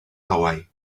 hawaii